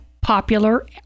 popular